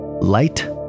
Light